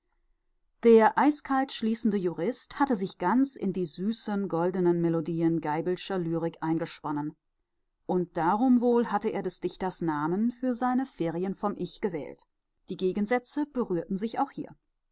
der eiskalt schließende jurist hatte sich ganz in die süßen goldenen melodien geibelscher lyrik eingesponnen und darum wohl hatte er des dichters namen für seine ferien vom ich gewählt die gegensätze berührten sich auch hier